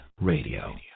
Radio